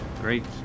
Great